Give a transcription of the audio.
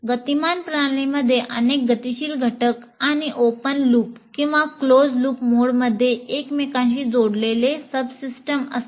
गतिमान प्रणालीमध्ये अनेक गतिशील घटक किंवा ओपन लूप किंवा क्लोज लूप मोडमध्ये एकमेकांशी जोडलेले सबसिस्टम असतात